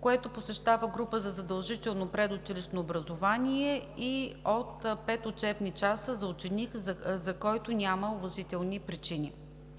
което посещава група за задължително предучилищно образование, и от пет учебни часа от ученик, който няма уважителни причини.